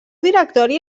directori